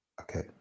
Okay